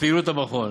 בפעילות במכון.